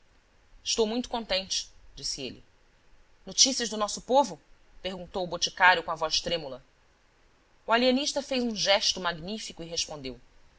estou muito contente disse ele notícias do nosso povo perguntou o boticário com a voz trêmula o alienista fez um gesto magnífico e respondeu